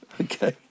Okay